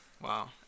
Wow